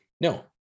No